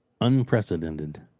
unprecedented